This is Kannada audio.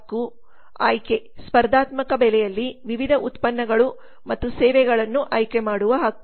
ಆಯ್ಕೆ ಸ್ಪರ್ಧಾತ್ಮಕ ಬೆಲೆಯಲ್ಲಿ ವಿವಿಧ ಉತ್ಪನ್ನಗಳು ಮತ್ತು ಸೇವೆಗಳನ್ನು ಆಯ್ಕೆ ಮಾಡುವ ಹಕ್ಕು